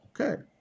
Okay